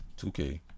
2K